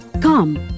Come